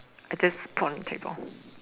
I just put on table